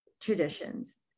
traditions